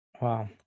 wow